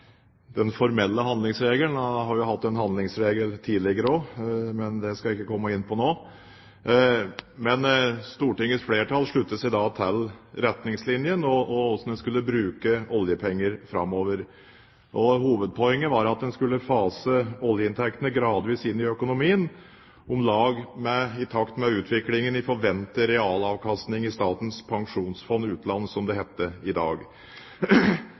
den formelle handlingsregelen. Vi har hatt en handlingsregel tidligere også, men det skal jeg ikke komme inn på nå. Stortingets flertall sluttet seg da til retningslinjene for bruk av oljepenger framover. Hovedpoenget var at en skulle fase oljeinntektene gradvis inn i økonomien, om lag i takt med utviklingen i forventet realavkastning av Statens pensjonsfond utland, som det heter i dag.